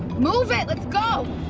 move it! let's go!